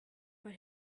but